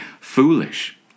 Foolish